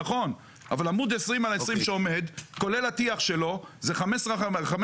עמוד 20 על 20, שבלי הטיח זה 15 על 15